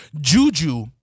Juju